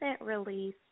release